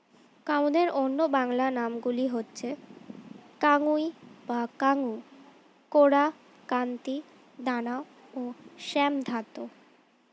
কাউনের অন্য বাংলা নামগুলো হচ্ছে কাঙ্গুই বা কাঙ্গু, কোরা, কান্তি, দানা ও শ্যামধাত